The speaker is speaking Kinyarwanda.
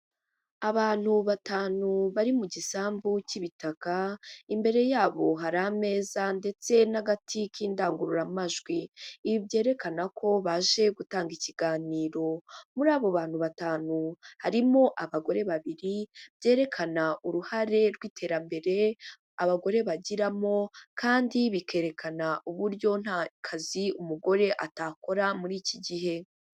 Abantu batanu bari mu gisambu cy'ibitaka, imbere yabo hari ameza ndetse n'agati k'indangururamajwi, ibi byerekana ko baje gutanga ikiganiro, muri abo bantu batanu harimo abagore babiri, byerekana uruhare rw'iterambere abagore bagiramo kandi bikerekana uburyo nta kazi umugore atakora muri iki gihe.